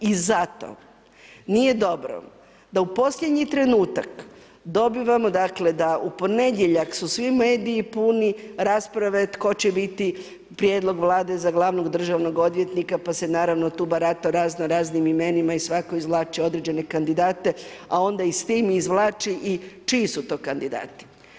I zato nije dobro da u posljednji trenutak dobivamo da u ponedjeljak su svi mediji puni rasprava je tko će biti prijedlog Vlade za glavnog državnog odvjetnika pa se naravno tu barata o raznoraznim imenima i svako izvlači određene kandidate, a onda s tim izvlači i čiji su to kandidati.